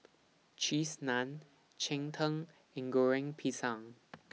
Cheese Naan Cheng Tng and Goreng Pisang